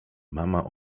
mama